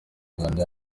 uganda